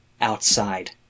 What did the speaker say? outside